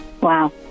Wow